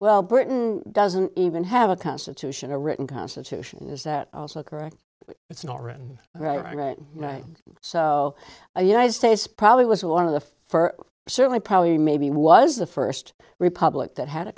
well britain doesn't even have a constitution a written constitution is that also correct it's not written right so the united states probably was one of the for certainly probably maybe was the first republic that had a